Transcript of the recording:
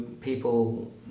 people